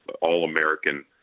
all-American